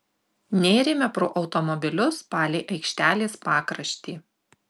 nėrėme pro automobilius palei aikštelės pakraštį